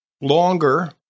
longer